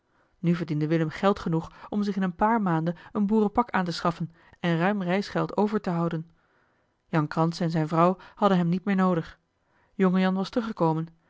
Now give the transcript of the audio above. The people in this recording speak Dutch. nu verdiende willem geld genoeg om zich in een paar maanden een boerenpak aan te schaffen en ruim reisgeld over te houden jan kranse en zijne vrouw hadden hem niet meer noodig jongejan was teruggekomen